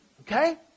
okay